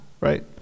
right